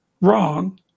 wrong